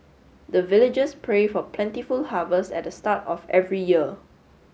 the villagers pray for plentiful harvest at the start of every year